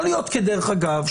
יכול להיות כדרך אגב,